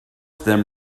then